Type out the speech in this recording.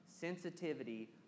Sensitivity